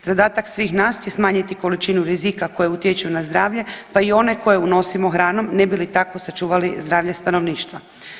Zadatak svih nas je smanjiti količinu rizika koji utječu na zdravlje, pa i one koje unosimo hranom ne bi li tako sačuvali zdravlje stanovništva.